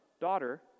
daughter